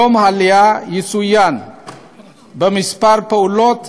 יום העלייה יצוין בכמה פעולות,